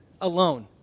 alone